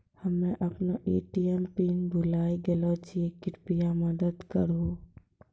हम्मे अपनो ATM PIN भुलाय गेलो छियै, कृपया मदत करहो